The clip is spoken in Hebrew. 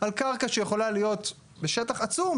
על קרקע שיכולה להיות בשטח עצום,